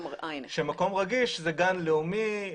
מקום רגיש זה גן לאומי,